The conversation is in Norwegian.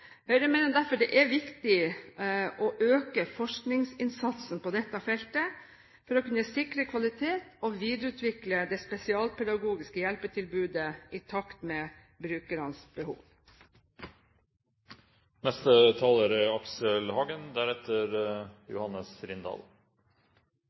Høyre mener derfor det er viktig å øke forskningsinnsatsen på dette feltet for å kunne sikre kvalitet og videreutvikle det spesialpedagogiske hjelpetilbudet i takt med brukernes behov. Takk til saksordføreren. Takk for kloke innlegg så langt i debatten. Som Elisabeth Aspaker understreker, er